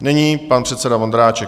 Nyní pan předseda Vondráček.